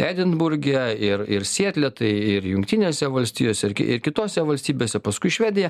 edinburge ir ir sietle tai ir jungtinėse valstijose ir ir kitose valstybėse paskui švedija